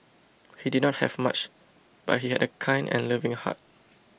he did not have much but he had a kind and loving heart